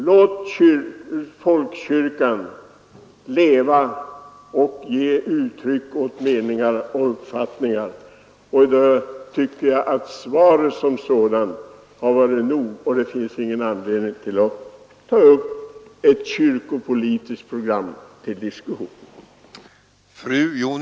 Låt folkkyrkan leva och låt den få ge uttryck för sin uppfattning! Svaret som sådant var tillräckligt — det finns ingen anledning att ta upp ett kyrkopolitiskt program till diskussion.